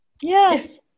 Yes